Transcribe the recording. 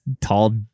tall